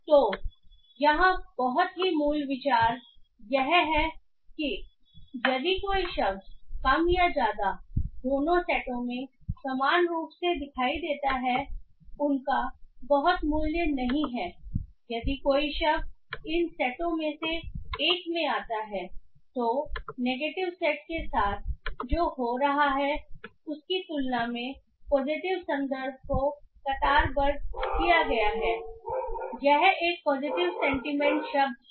तो यहाँ बहुत ही मूल विचार यह है कि यदि कोई शब्द कम या ज्यादा दोनों सेटों में समान रूप से दिखाई देता है उनका बहुत मूल्य नहीं है यदि कोई शब्द इन सेटों में से एक में आता है तो नेगेटिव सेट के साथ जो हो रहा है उसकी तुलना में पॉजिटिव संदर्भ को कतारबद्ध किया गया है यह एक पॉजिटिव सेंटीमेंट शब्द है